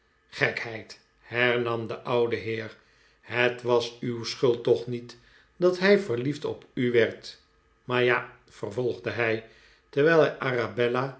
gekheid hernam de oude heer het was uw schuld toeh niet dat hijverliefd op u werd maar ja vervolgde hij terwijl hij